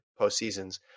postseasons